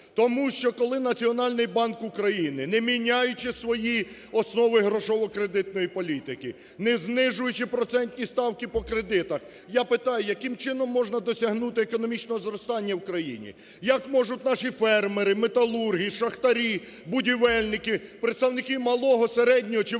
Тому що коли Національний банк України, не міняючи свої основи грошово-кредитної політики, не знижуючи процентні ставки по кредитах, я питаю: яким чином можна досягнути економічного зростання в країні. Як можуть наші фермери, металурги, шахтарі, будівельники, представники малого, середнього чи великого